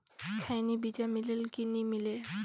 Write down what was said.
खैनी बिजा मिले कि नी मिले?